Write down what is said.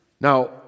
Now